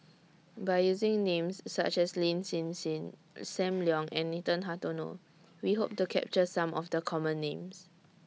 By using Names such as Lin Hsin Hsin SAM Leong and Nathan Hartono We Hope to capture Some of The Common Names